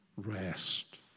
rest